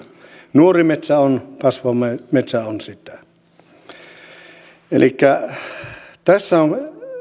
nuori metsä kasvava metsä on sitä tässä on